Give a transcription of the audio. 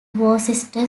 worcester